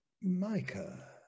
micah